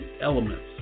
elements